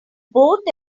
both